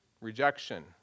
rejection